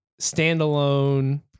standalone